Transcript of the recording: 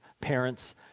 parents